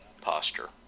posture